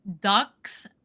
ducks